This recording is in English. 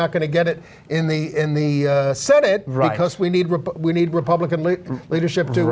not going to get it in the in the senate thus we need we need republican leadership